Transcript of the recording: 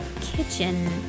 kitchen